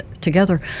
together